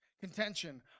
contention